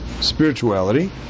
spirituality